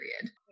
period